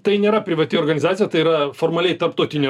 tai nėra privati organizacija tai yra formaliai tarptautinė